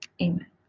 Amen